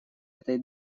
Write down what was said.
этой